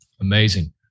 Amazing